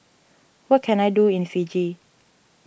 what can I do in Fiji